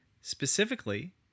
specifically